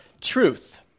truth